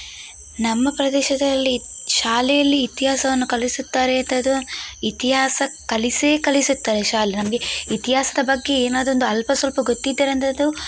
ನಮ್ಮ ಪ್ರದೇಶದಲ್ಲಿ ಶಾಲೆಯಲ್ಲಿ ಇತಿಹಾಸವನ್ನು ಕಲಿಸುತ್ತಾರೆ ಇತಿಹಾಸ ಕಲಿಸೇ ಕಲಿಸುತ್ತಾರೆ ಶಾಲೆ ನಮಗೆ ಇತಿಹಾಸದ ಬಗ್ಗೆ ಏನಾದೊಂದು ಅಲ್ಪ ಸ್ವಲ್ಪ ಗೊತ್ತಿದ್ದರೆ ಅಂದರೆ ಅದು